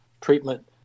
treatment